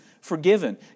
forgiven